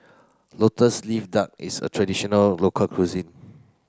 lotus leaf duck is a traditional local cuisine